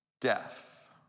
death